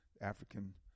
African